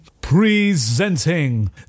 Presenting